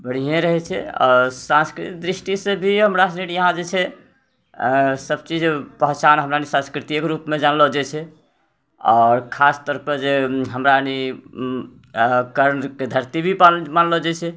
बढ़ियें रहै छै आओर संस्कृतिक दृष्टिसँ भी हमरासुनी यहाँ जे छै सबचीज पहिचान हमराअनी संस्कृतियेके रूपमे जानलो जाइ छै आओर खास तौरपर जे हमराअनी कर्णके धरती भी मानलो जाइ छै